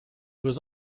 was